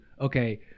okay